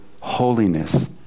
holiness